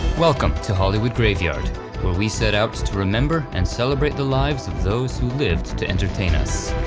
welcome to hollywood graveyard, where we set out to remember and celebrate the lives of those who lived to entertain us,